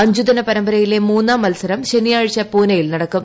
അഞ്ചുദിന പരമ്പരയിലെ മൂന്നാം മത്സരം ശനിയാഴ്ച പൂനെയിൽ നടക്കും